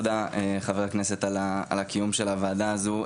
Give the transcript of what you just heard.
חבר הכנסת על הקיום של הוועדה הזו,